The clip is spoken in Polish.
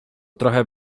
trochę